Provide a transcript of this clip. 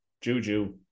Juju